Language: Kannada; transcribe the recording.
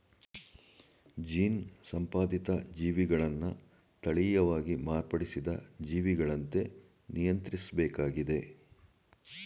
ಜೀನ್ ಸಂಪಾದಿತ ಜೀವಿಗಳನ್ನ ತಳೀಯವಾಗಿ ಮಾರ್ಪಡಿಸಿದ ಜೀವಿಗಳಂತೆ ನಿಯಂತ್ರಿಸ್ಬೇಕಾಗಿದೆ